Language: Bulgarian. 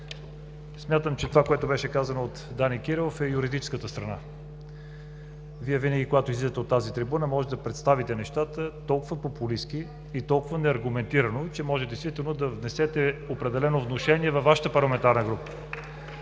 смятам, че това, което беше казано от Дани Кирилов, е юридическата страна. Вие винаги, когато излизате от тази трибуна, можете да представите нещата толкова популистки и толкова неаргументирано, че може действително да внесете определено внушение във Вашата парламентарна група.